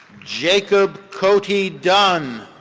jacob coty dunn.